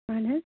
اہن حظ